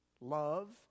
love